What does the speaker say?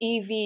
EV